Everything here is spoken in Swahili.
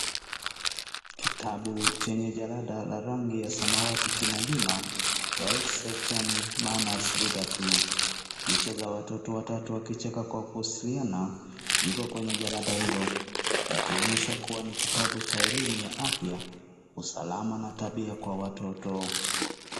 Kitabu chenye jalada la rangi la samawati kina jina Health, safety and manners reader two . Picha za watoto watatu wakicheka kwa kuwasiliana ziko kwenye jalada hilo ikionyesha kuwa ni kita bu cha elimu ya afya , usalama na tabia kwa watoto.